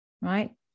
Right